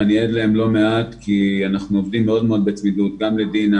ואני עד להם לא מעט כי אנחנו עובדים מאוד מאוד בצמידות גם לדינה,